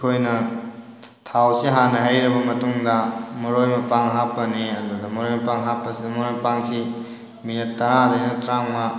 ꯑꯩꯈꯣꯏꯅ ꯊꯥꯎꯁꯤ ꯍꯥꯟꯅ ꯍꯩꯔꯕ ꯃꯇꯨꯡꯗ ꯃꯔꯣꯏ ꯃꯄꯥꯡ ꯍꯥꯞꯄꯅꯤ ꯑꯗꯨꯒ ꯃꯔꯣꯏ ꯃꯄꯥꯡ ꯍꯥꯞꯄꯁꯤꯗ ꯃꯔꯣꯏ ꯃꯄꯥꯡꯁꯤ ꯃꯤꯅꯠ ꯇꯔꯥꯗꯩꯅ ꯇꯔꯥꯃꯉꯥ